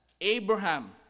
Abraham